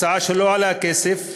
הצעה שלא עולה כסף,